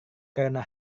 karena